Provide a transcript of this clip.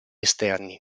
esterni